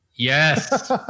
Yes